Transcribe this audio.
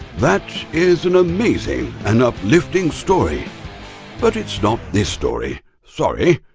that is an amazing and uplifting story but it's not this story. sorry.